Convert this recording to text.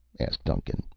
asked duncan.